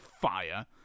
fire